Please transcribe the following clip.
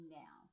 now